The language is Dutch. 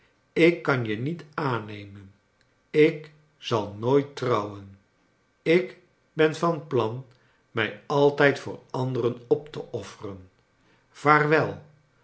ik kanje niet aannemen ik zal nooit trouwen ik ben van plan mij altijd voor anderen op te offeren vaarwel